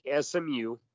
SMU